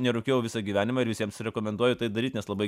nerūkiau visą gyvenimą ir visiems rekomenduoju tai daryti nes labai